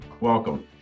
Welcome